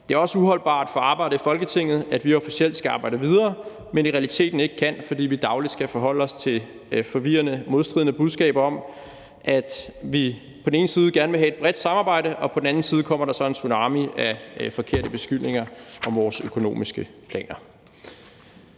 Det er også uholdbart for arbejdet i Folketinget, at vi officielt skal arbejde videre, men i realiteten ikke kan, fordi vi dagligt skal forholde os til forvirrende, modstridende budskaber om, at man på den ene side gerne vil have et bredt samarbejde, og der på den anden side så kommer en tsunami af forkerte beskyldninger om vores økonomiske planer.